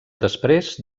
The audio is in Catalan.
després